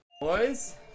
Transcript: Boys